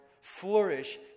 flourish